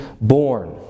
born